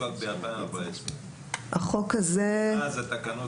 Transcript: חוקק ב-2014 מאז התקנות.